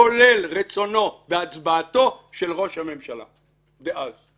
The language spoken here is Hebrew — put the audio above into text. כולל רצונו והצבעתו של ראש הממשלה דאז.